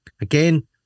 Again